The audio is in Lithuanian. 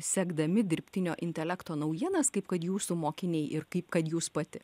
sekdami dirbtinio intelekto naujienas kaip kad jūsų mokiniai ir kaip kad jūs pati